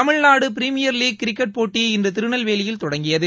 Tamil Nadu premier league cricket போட்டி இன்று திருநெல்வேலியில் தொடங்கியது